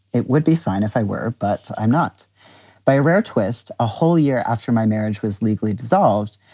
it would be fine if i were, but i'm not by a rare twist. a whole year after my marriage was legally dissolved,